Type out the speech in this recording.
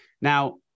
Now